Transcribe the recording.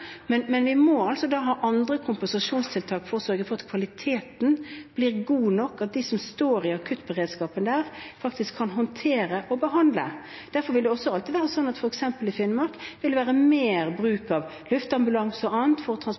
Men vi må ha andre kompensasjonstiltak for å sørge for at kvaliteten blir god nok, og at de som står i akuttberedskapen der, faktisk kan håndtere og behandle. Derfor vil det også alltid være sånn at det f.eks. i Finnmark vil være mer bruk av luftambulanse og annet for